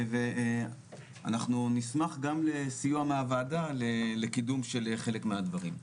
ואנחנו נשמח גם לסיוע מהוועדה לקידום של חלק מהדברים.